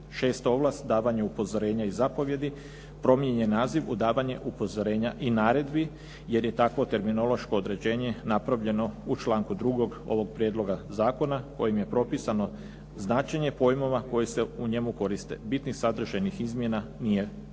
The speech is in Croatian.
Šesto, ovlast davanja upozorenja i zapovijedi promijenjen je naziv u davanje upozorenja i naredbi jer je takvo terminološko određenje napravljeno u članku 2. ovog prijedloga zakona kojim je propisano značenje pojmova koji se u njemu koriste. Bitnih sadržajnih izmjena nije bilo.